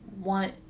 want